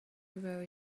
very